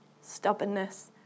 stubbornness